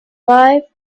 wife